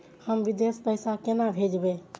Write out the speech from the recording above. हम विदेश पैसा केना भेजबे?